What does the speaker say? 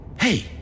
Hey